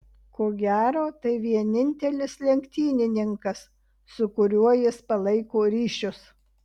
ko gero tai vienintelis lenktynininkas su kuriuo jis palaiko ryšius